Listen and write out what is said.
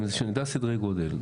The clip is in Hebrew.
שנדע סדרי גודל.